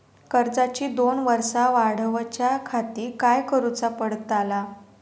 कर्जाची दोन वर्सा वाढवच्याखाती काय करुचा पडताला?